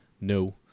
no